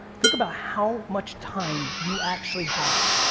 think about how much time you actually have.